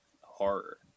horror